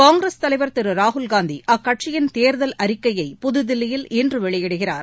காங்கிரஸ் தலைவர் திரு ராகுல் காந்தி அக்கட்சியின் தேர்தல் அறிக்கையை புதுதில்லியில் இன்று வெளியிடுகிறார்